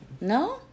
No